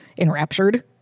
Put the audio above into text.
enraptured